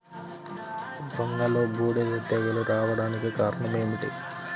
వంగలో బూడిద తెగులు రావడానికి కారణం ఏమిటి?